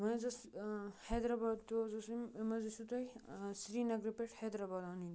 وۄنۍ حظ ٲس حیدرآباد تہِ اوس حظ یِم یِم حظ ٲسِو تۄہہِ سرینگرٕ پٮ۪ٹھ حیدرآباد اَنٕنۍ